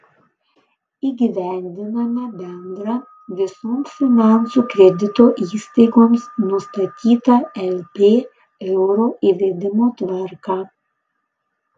įgyvendiname bendrą visoms finansų kredito įstaigoms nustatytą lb euro įvedimo tvarką